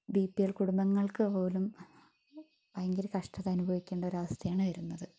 BPL കുടുംബങ്ങൾക്ക് പോലും ഭയങ്കര കഷ്ട്ത അനുഭവിക്കേണ്ട അവസ്ഥയാണ് വരുന്നത്